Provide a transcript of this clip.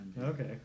Okay